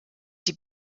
die